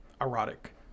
erotic